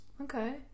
Okay